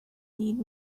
need